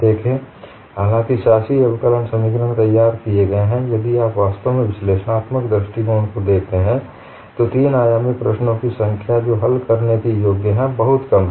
देखें हालांकि शासी अवकलन समीकरण तैयार किए गए हैं यदि आप वास्तव में विश्लेषणात्मक दृष्टिकोण को देखते हैं तो तीन आयामी प्रश्नों की संख्या जो हल करने योग्य हैं बहुत कम हैं